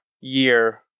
year